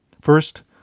First